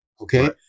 okay